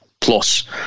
plus